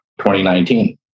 2019